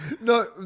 No